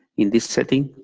in this setting,